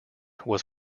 was